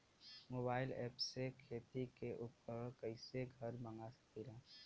Mobile ऐपसे खेती के उपकरण कइसे घर मगा सकीला?